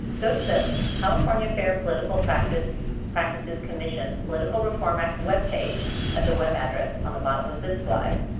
go to the california fair political practices practices commission's political reform act web page at the web address on the bottom of this slide.